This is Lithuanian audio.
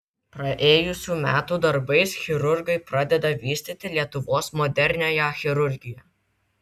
praėjusių metų darbais chirurgai pradeda vystyti lietuvos moderniąją chirurgiją